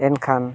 ᱮᱱᱠᱷᱟᱱ